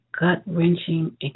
gut-wrenching